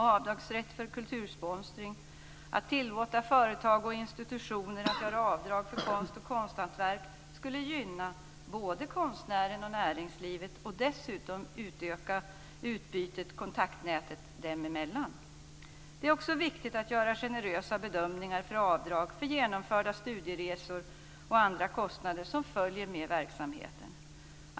Avdragsrätt för kultursponsring samt att tillåta företag och institutioner att göra avdrag för konst och konsthantverk skulle gynna både konstnären och näringslivet och dessutom öka utbytet och kontaktnätet dem emellan. Det är också viktigt att göra generösa bedömningar för avdrag för genomförda studieresor och andra kostnader som följer med verksamheten.